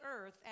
earth